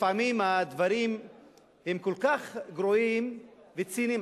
לפעמים הדברים הם כל כך גרועים וציניים,